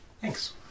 thanks